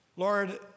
Lord